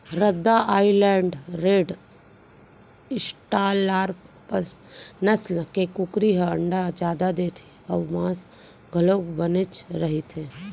रद्दा Island Red, Australorp नसल के कुकरी ह अंडा जादा देथे अउ मांस घलोक बनेच रहिथे